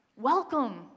welcome